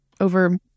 Over